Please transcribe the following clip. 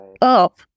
up